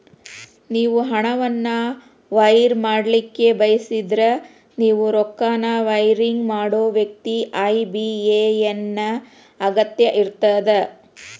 ನೇವು ಹಣವನ್ನು ವೈರ್ ಮಾಡಲಿಕ್ಕೆ ಬಯಸಿದ್ರ ನೇವು ರೊಕ್ಕನ ವೈರಿಂಗ್ ಮಾಡೋ ವ್ಯಕ್ತಿ ಐ.ಬಿ.ಎ.ಎನ್ ನ ಅಗತ್ಯ ಇರ್ತದ